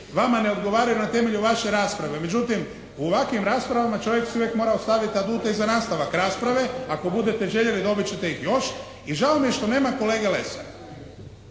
ne odgovaraju na temelju vaše rasprave. Međutim, u ovakvim rasprava čovjek si uvijek mora ostaviti aduta i za nastavak rasprave. Ako budete željeli dobit ćete ih još. I žao mi je što nema kolege Lesara,